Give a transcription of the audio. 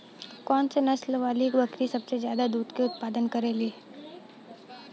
कौन से नसल वाली बकरी सबसे ज्यादा दूध क उतपादन करेली?